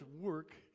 work